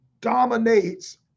dominates